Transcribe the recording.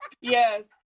yes